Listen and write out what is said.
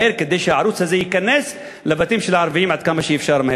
כדי שהערוץ הזה ייכנס לבתים של הערבים מהר עד כמה שאפשר.